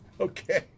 Okay